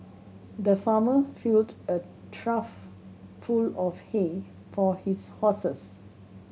the farmer filled a trough full of hay for his horses